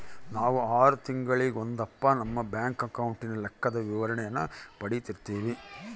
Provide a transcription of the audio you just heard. ನಾವು ಆರು ತಿಂಗಳಿಗೊಂದಪ್ಪ ನಮ್ಮ ಬ್ಯಾಂಕ್ ಅಕೌಂಟಿನ ಲೆಕ್ಕದ ವಿವರಣೇನ ಪಡೀತಿರ್ತೀವಿ